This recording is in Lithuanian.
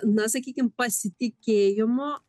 na sakykim pasitikėjimo